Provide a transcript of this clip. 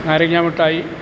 നാരങ്ങാ മിഠായി